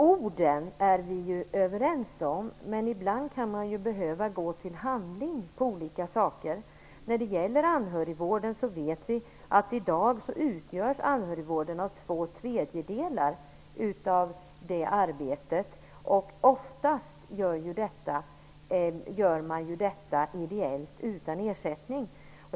Orden är vi ju överens om, men ibland kan man behöva gå till handling i fråga om olika saker. Vi vet att anhörigvården i dag utgör två tredjedelar av vårdarbetet. Detta arbete utförs oftast ideellt utan ersättning.